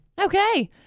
Okay